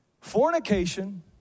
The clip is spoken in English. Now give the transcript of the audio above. fornication